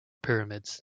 pyramids